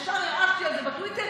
ישר הרעשתי על זה בטוויטר,